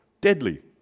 deadly